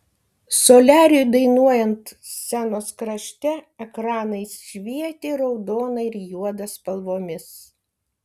soliariui dainuojant scenos krašte ekranai švietė raudona ir juoda spalvomis